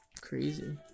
Crazy